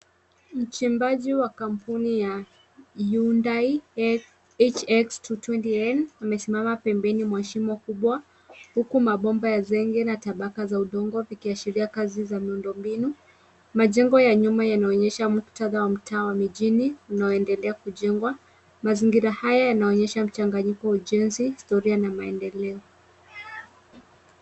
Mchimbaji wa kampuni ya Hyundai HX 220N amesimama pembeni mwa shimo kubwa huku mabomba ya zege na tabaka za udongo zikiashiria kazi za miundo mbinu. Majengo ya nyuma yanaonyesha muktadha wa mtaa wa mijini unaoendelea kujengwa, mazingira haya yanaonyesha mchanganyiko wa ujenzi, historia na maendeleo.